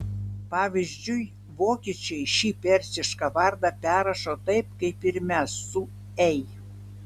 pavyzdžiui vokiečiai šį persišką vardą perrašo taip kaip ir mes su ei